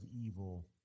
evil